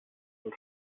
wohl